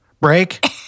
break